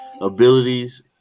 Abilities